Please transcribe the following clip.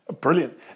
Brilliant